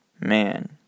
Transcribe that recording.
man